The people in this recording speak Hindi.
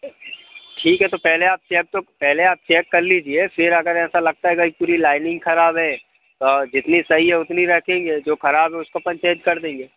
ठीक है तो पहले आप चेक तो पहले आप चेक कर लीजिए फिर अगर ऐसा लगता है अगर एक्चुली लायनिंग खराब है और जितनी सही है उतनी रखेंगे जो खराब है उसको अपन चेंज कर देंगे